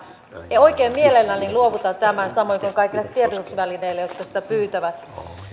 ja ja oikein mielelläni luovutan tämän samoin kuin kaikille tiedotusvälineille jotka sitä pyytävät